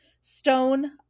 stone